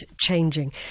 changing